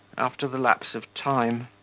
after the lapse of time.